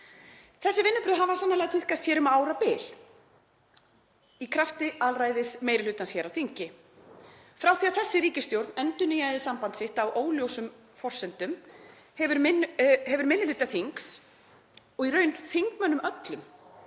Þessi vinnubrögð hafa sannarlega tíðkast hér um árabil í krafti alræðis meiri hlutans hér á þingi. Frá því að þessi ríkisstjórn endurnýjaði samband sitt á óljósum forsendum hefur minni hluta þings, og í raun þingmönnum öllum,